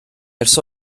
ers